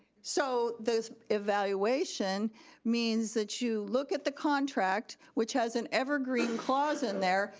so the evaluation means that you look at the contract which has an evergreen clause in there,